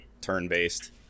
turn-based